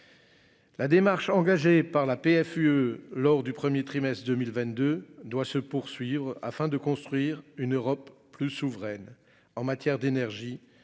La démarche engagée par la PFUE lors du 1er trimestre 2022 doit se poursuivre afin de construire une Europe plus souveraine en matière d'énergie,